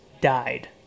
died